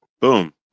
Boom